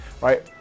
right